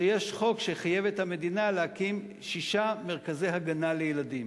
שיש חוק שחייב את המדינה להקים שישה מרכזי הגנה לילדים.